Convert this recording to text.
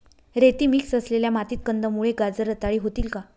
रेती मिक्स असलेल्या मातीत कंदमुळे, गाजर रताळी होतील का?